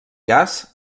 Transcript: gas